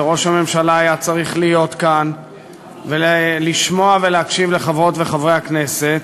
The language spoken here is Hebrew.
וראש הממשלה היה צריך להיות כאן ולשמוע ולהקשיב לחברות ולחברי הכנסת.